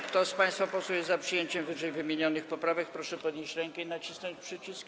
Kto z państwa posłów jest za przyjęciem wyżej wymienionych poprawek, proszę podnieść rękę i nacisnąć przycisk.